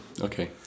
Okay